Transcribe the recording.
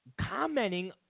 commenting